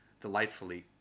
delightfully